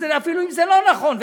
אפילו אם זה לא נכון,